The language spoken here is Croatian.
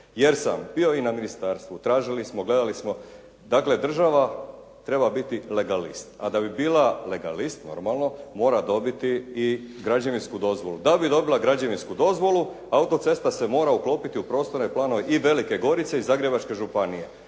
jer sam bio i na ministarstvu, tražili smo, gledali smo. Dakle, država treba biti legalist a da bi bila legalist mora dobiti i građevinsku dozvolu. Da bi dobila građevinsku dozvolu auto-cesta se mora uklopiti u prostorne planove i Velike Gorice i Zagrebačke županije